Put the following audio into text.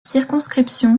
circonscription